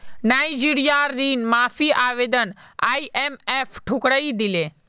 नाइजीरियार ऋण माफी आवेदन आईएमएफ ठुकरइ दिले